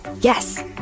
Yes